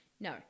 No